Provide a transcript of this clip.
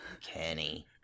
kenny